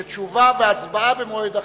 שתשובה והצבעה במועד אחר.